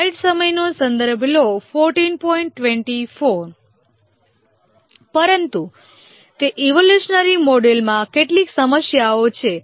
પરંતુ તે પછી ઈવોલ્યુશનરી મોડેલમાં કેટલીક સમસ્યાઓ છે